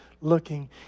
looking